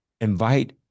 invite